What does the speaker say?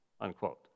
unquote